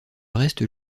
reste